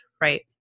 right